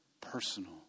personal